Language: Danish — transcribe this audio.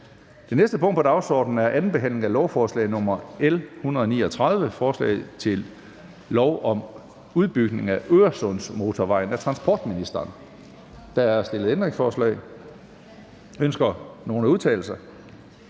Det næste punkt på dagsordenen er: 13) 2. behandling af lovforslag nr. L 139: Forslag til lov om udbygning af Øresundsmotorvejen. Af transportministeren (Thomas Danielsen). (Fremsættelse